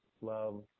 love